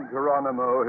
Geronimo